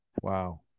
Wow